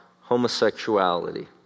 homosexuality